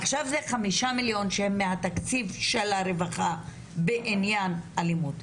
עכשיו זה 5 מיליון שהם מהתקציב של הרווחה בעניין אלימות.